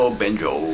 benjo